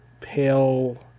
pale